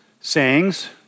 sayings